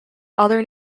other